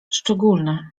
szczególne